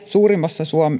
suurimmassa